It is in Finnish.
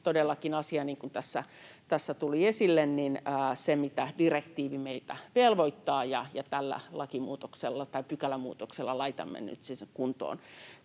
todellakin, niin kuin tässä tuli esille, se asia, mihin direktiivi meitä velvoittaa, ja tällä pykälämuutoksella laitamme nyt sen kuntoon